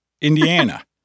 Indiana